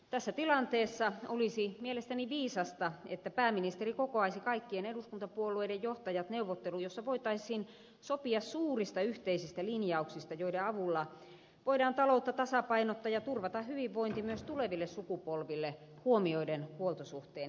tässä tilanteessa olisi mielestäni viisasta että pääministeri kokoaisi kaikkien eduskuntapuolueiden johtajat neuvotteluun jossa voitaisiin sopia suurista yhteisistä linjauksista joiden avulla voidaan taloutta tasapainottaa ja turvata hyvinvointi myös tuleville sukupolville huomioiden huoltosuhteen heikkeneminen